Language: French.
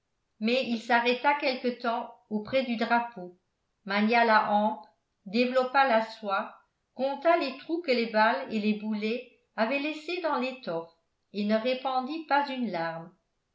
mais il s'arrêta quelque temps auprès du drapeau mania la hampe développa la soie compta les trous que les balles et les boulets avaient laissés dans l'étoffe et ne répandit pas une larme